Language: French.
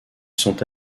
sont